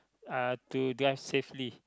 uh to drive safely